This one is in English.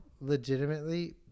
legitimately